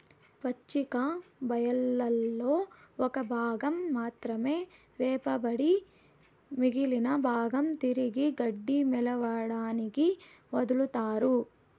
పచ్చిక బయళ్లలో ఒక భాగం మాత్రమే మేపబడి మిగిలిన భాగం తిరిగి గడ్డి మొలవడానికి వదులుతారు